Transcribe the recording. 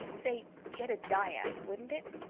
say jedediah, wouldn't it?